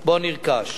שבו נרכש.